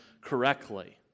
correctly